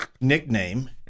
nickname